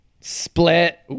Split